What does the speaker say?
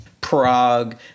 Prague